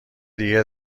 دیگه